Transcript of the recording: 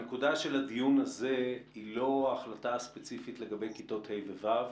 הנקודה של הדיון הזה היא לא החלטה ספציפית לגבי כיתות ה' ו-ו',